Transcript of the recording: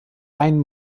einen